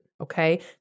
okay